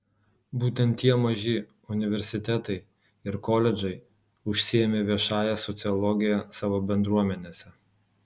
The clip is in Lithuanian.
būtent tie maži universitetai ir koledžai užsiėmė viešąja sociologija savo bendruomenėse